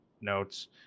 notes